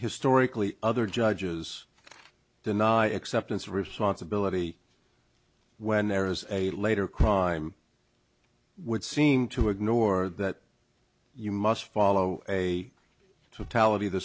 historically other judges deny acceptance of responsibility when there is a later crime would seem to ignore that you must follow a